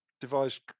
device